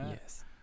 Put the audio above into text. Yes